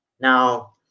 now